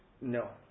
No